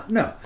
no